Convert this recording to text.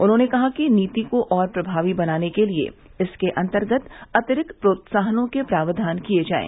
उन्होंने कहा कि नीति को और प्रभावी बनाने के लिये इसके अन्तर्गत अतिरिक्त प्रोत्साहनों के प्रावधान किये जाये